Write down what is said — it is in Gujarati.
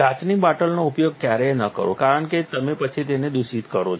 કાચની બોટલોનો ઉપયોગ ક્યારેય ન કરો કારણ કે પછી તમે તેમને દૂષિત કરો છો